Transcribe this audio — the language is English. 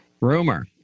rumor